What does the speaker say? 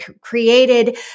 created